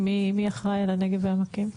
רגע מי אחראי על הנגב והעמקים?